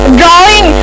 drawing